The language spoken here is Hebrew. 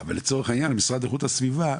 אבל למשל במשרד לאיכות הסביבה,